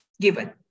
given